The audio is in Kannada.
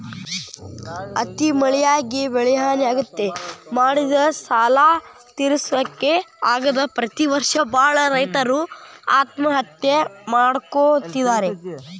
ಅತಿ ಮಳಿಯಾಗಿ ಬೆಳಿಹಾನಿ ಆಗ್ತೇತಿ, ಮಾಡಿದ ಸಾಲಾ ತಿರ್ಸಾಕ ಆಗದ ಪ್ರತಿ ವರ್ಷ ಬಾಳ ರೈತರು ಆತ್ಮಹತ್ಯೆ ಮಾಡ್ಕೋತಿದಾರ